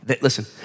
Listen